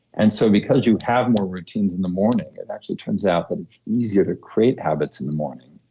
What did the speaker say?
and so because you'd have more routines in the morning, it actually turns out that it's easier to create habits in the morning.